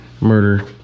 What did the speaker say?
murder